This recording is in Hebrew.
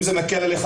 א',